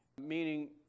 meaning